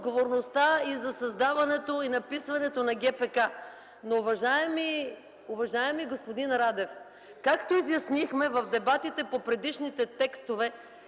и за създаването, и написването на ГПК. Уважаеми господин Радев, както изяснихме в дебатите по предишните текстове,